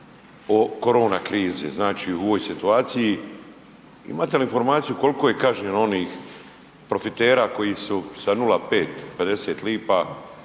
o korona krizi znači u ovoj situaciji, imate li informaciju koliko je kažnjeno onih profitera koji su sa 0,50 lipa